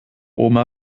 oma